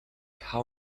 how